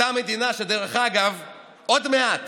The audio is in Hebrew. אותה מדינה שדרך אגב עוד מעט